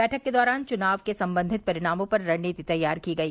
बैठक के दौरान चुनाव के संभावित परिणामों पर रणनीति तैयार की गयी